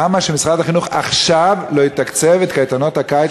למה שמשרד החינוך לא יתקצב עכשיו את קייטנות הקיץ